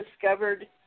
discovered